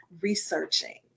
researching